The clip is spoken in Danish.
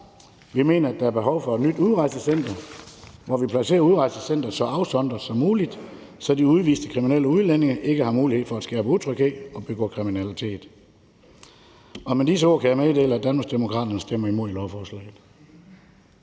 Vi mener, at der er behov for et nyt udrejsecenter, hvor vi placerer udrejsecenteret så afsondret som muligt, så de udviste kriminelle udlændinge ikke har mulighed for at skabe utryghed og begå kriminalitet. Og med disse ord kan jeg meddele, at Danmarksdemokraterne stemmer imod lovforslaget.